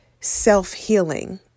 self-healing